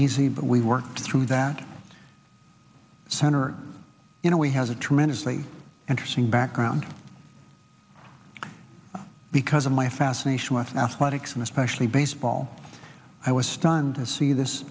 easy but we worked through that center in a way has a tremendously interesting background because of my fascination with athletics and especially baseball i was stunned to see this